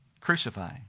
crucify